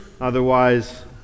Otherwise